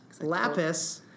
lapis